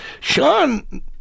Sean